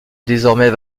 désormais